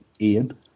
Ian